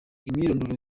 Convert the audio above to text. imyirondoro